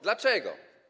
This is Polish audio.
Dlaczego?